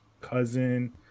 cousin